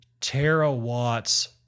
terawatts